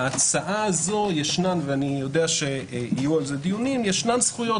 בהצעה הזו יש ואני יודע שיהיו על כך דיונים - זכויות